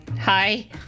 Hi